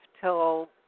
till